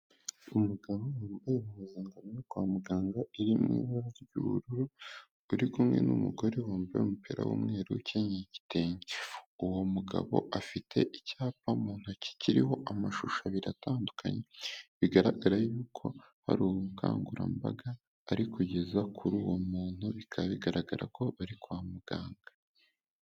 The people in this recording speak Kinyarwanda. Umugabo uri mu mpuzankano zo kwa muganga ziri mu ibara ry'ubururu uri kumwe, n'umugore wambaye umupira w'umweru ukenyeye igitenge. uwo mugabo afite icyapa mu ntoki kiho amashusho abiri atandukanye bigaragara yuko ari ubukangurambaga ariko kugezaho kuri uwo muntu. bikaba bigaragara ko bari kwa muganga